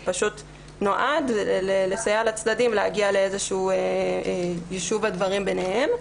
זה נועד לסייע לצדדים להגיע לישוב הדברים ביניהם.